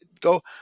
Go